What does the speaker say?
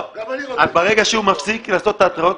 --- ברגע שהוא מפסיק לעשות את ההתראות,